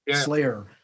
Slayer